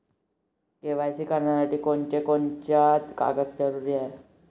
KYC करासाठी कोनची कोनची कागद जरुरी हाय?